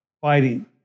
fighting